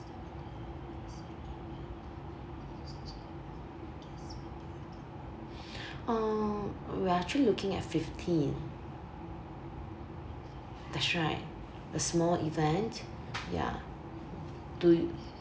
uh we are actually looking at fifteen that's right a small event ya do